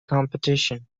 competition